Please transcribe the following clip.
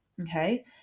okay